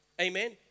Amen